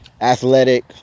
athletic